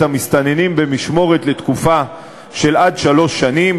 המסתננים במשמורת לתקופה של עד שלוש שנים,